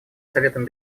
советом